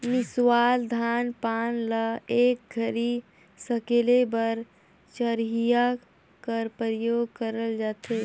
मिसावल धान पान ल एक घरी सकेले बर चरहिया कर परियोग करल जाथे